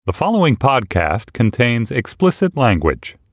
the following podcast contains explicit language